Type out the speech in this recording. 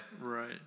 Right